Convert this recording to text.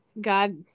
God